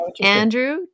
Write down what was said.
andrew